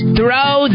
Throw